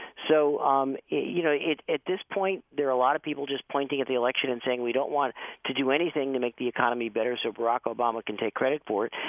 so um you know at this point, there are a lot of people just pointing at the election and saying we don't want to do anything to make the economy better so barack obama can take credit for it.